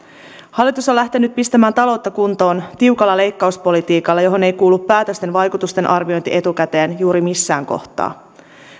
hallitus on lähtenyt pistämään taloutta kuntoon tiukalla leikkauspolitiikalla johon ei kuulu päätösten vaikutusten arviointi etukäteen juuri missään kohtaa